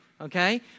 okay